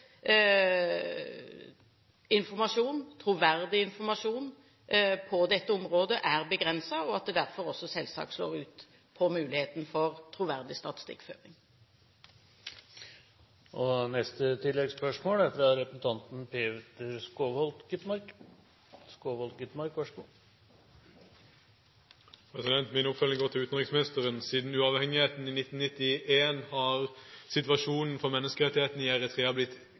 informasjon, troverdig informasjon, på dette området er begrenset, og at det derfor selvsagt også slår ut for muligheten for troverdig statistikkføring. Peter Skovholt Gitmark – til oppfølgingsspørsmål. Mitt oppfølgingsspørsmål går til utenriksministeren. Siden uavhengigheten i 1991 har situasjonen når det gjelder menneskerettighetene i